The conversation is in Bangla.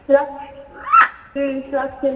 রাখছি হুম রাখছি আমি